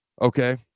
okay